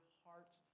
hearts